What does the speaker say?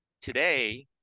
Today